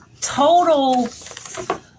total